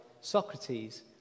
Socrates